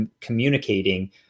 communicating